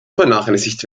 vernachlässigt